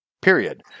period